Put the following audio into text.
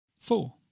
four